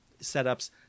setups